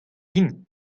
din